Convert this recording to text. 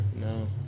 No